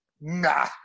nah